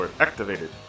activated